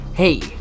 Hey